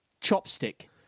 chopstick